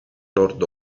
nord